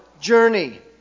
journey